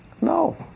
No